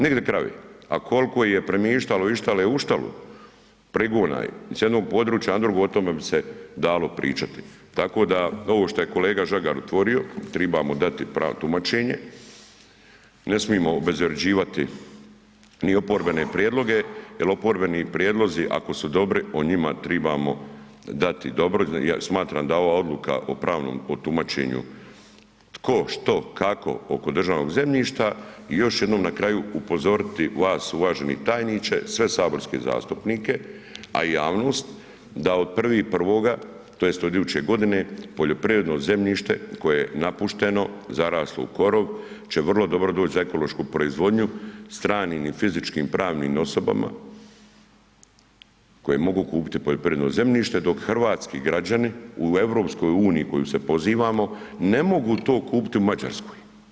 Nigdje krave a koliko ih je premještalo iz štale u štalu, ... iz jednog područja na drugo, o tome bi se dali pričati tako da ovo što je kolega Žagar otvorio, trebamo mu dati pravno tumačenje, ne smijemo obezvrjeđivati ni oporbene prijedloge jer oporbeni prijedlozi ako su dobri, o njima trebamo dati dobro, smatram da ova odluka o pravnom tumačenju tko, što, kako, oko državnog zemljišta i još ću jednom na kraju upozoriti vas, uvaženi tajniče, sve saborske zastupnike a i javnost da od 1.1. tj. od iduće godine, poljoprivredno zemljište koje je napušteno, zaraslo u korov će vrlo dobro doći za ekološku proizvodnju stranim i fizičkim pravnim osobama koje mogu kupiti poljoprivredno zemljište dok hrvatski građani u EU u koju se pozivamo, ne mogu to kupiti u Mađarskoj.